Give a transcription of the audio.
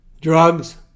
drugs